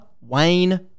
Wayne